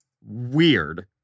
weird